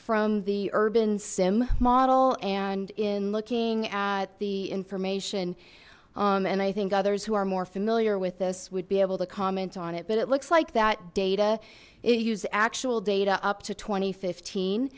from the urban sim model and in looking at the information and i think others who are more familiar with this would be able to comment on it but it looks like that data it used actual data up to tw